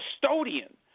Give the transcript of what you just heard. custodian